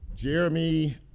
Jeremy